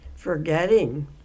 forgetting